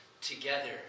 together